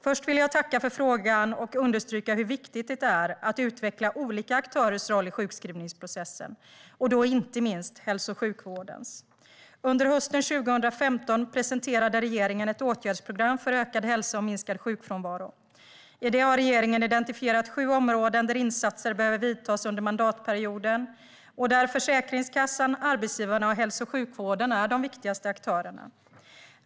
Först vill jag tacka för frågan och understryka hur viktigt det är att utveckla olika aktörers roll i sjukskrivningsprocessen och då inte minst hälso och sjukvårdens. Under hösten 2015 presenterade regeringen ett åtgärdsprogram för ökad hälsa och minskad sjukfrånvaro. I det har regeringen identifierat sju områden där insatser behöver vidtas under mandatperioden och där Försäkringskassan, arbetsgivarna och hälso och sjukvården är de viktigaste aktörerna.